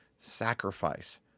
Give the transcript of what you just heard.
sacrifice